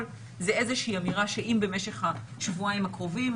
הוא איזושהי אמירה שאם במשך השבועיים הקרובים,